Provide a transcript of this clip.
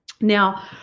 Now